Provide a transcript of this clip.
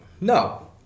no